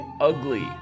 ugly